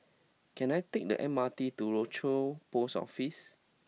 can I take the M R T to Rochor Post Office